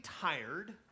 tired